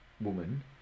woman